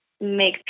make